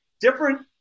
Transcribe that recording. different